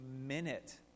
minute